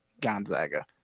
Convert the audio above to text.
Gonzaga